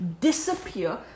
disappear